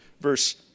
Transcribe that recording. verse